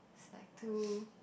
is like too